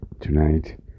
Tonight